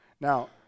Now